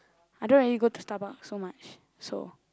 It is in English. I don't really go to Starbucks so much so